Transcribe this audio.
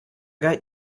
got